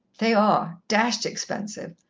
they are dashed expensive,